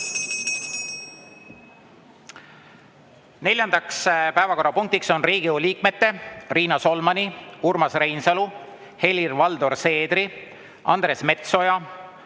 päevakorrapunkt on Riigikogu liikmete Riina Solmani, Urmas Reinsalu, Helir-Valdor Seederi, Andres Metsoja,